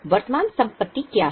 वर्तमान संपत्ति क्या हैं